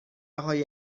های